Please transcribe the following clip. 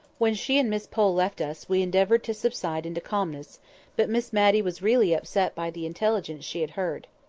when she and miss pole left us we endeavoured to subside into calmness but miss matty was really upset by the intelligence she had heard.